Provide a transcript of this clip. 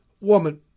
woman